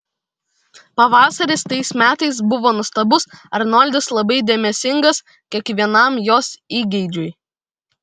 pavasaris tais metais buvo nuostabus arnoldas labai dėmesingas kiekvienam jos įgeidžiui